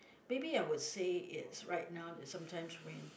maybe I would say it's right now it's sometimes when